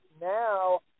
now